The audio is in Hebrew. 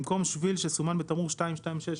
במקום שביל שסומן בתמרור 266,